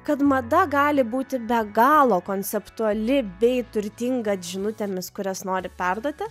kad mada gali būti be galo konceptuali bei turtinga žinutėmis kurias nori perduoti